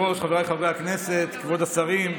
מכובדי היושב-ראש, חבריי חברי כנסת, כבוד השרים,